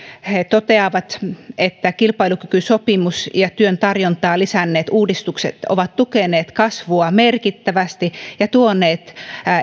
he toteavat että kilpailukykysopimus ja työn tarjontaa lisänneet uudistukset ovat tukeneet kasvua merkittävästi ja tuoneet